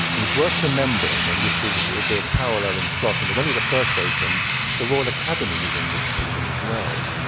and it's worth remembering, and this will be a parallel in scotland, when it first opened the royal academy was in this building as well.